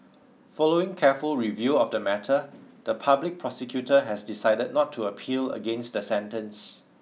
following careful review of the matter the public prosecutor has decided not to appeal against the sentence